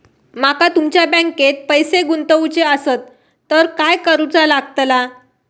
माका तुमच्या बँकेत पैसे गुंतवूचे आसत तर काय कारुचा लगतला?